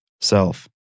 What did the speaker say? self